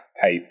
type